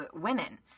women